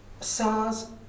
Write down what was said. SARS